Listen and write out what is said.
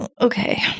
okay